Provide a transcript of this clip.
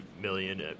million